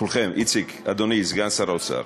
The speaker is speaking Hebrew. כולכם, איציק, אדוני סגן שר האוצר: